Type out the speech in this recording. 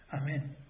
Amen